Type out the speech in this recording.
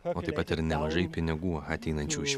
o taip pat ir nemažai pinigų ateinančių iš